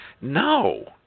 No